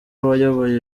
wayoboye